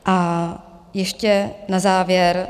A ještě na závěr.